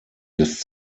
des